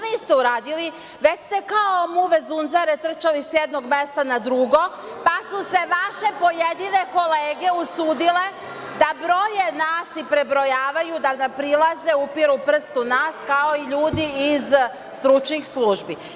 Niste to uradili, već ste kao muve zunzare trčali sa jednog mesta na drugo, pa su se vaše pojedine kolege usudile da broje nas i prebrojavaju, da nam prilaze, upiru prst u nas, kao i ljudi iz stručnih službi.